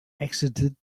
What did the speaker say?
exited